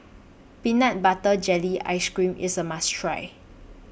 Peanut Butter Jelly Ice Cream IS A must Try